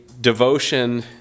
devotion